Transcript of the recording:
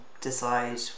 decide